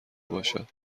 باشد